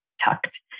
tucked